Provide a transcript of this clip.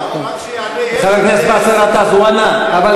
רק שיענה, הוא ענה.